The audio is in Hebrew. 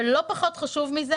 ולא פחות חשוב מזה